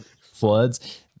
floods